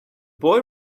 boy